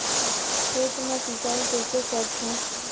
खेत मा सिंचाई कइसे करथे?